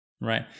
right